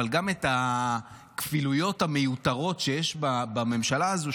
גם את הכפילויות המיותרות שיש בממשלה הזאת,